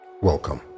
Welcome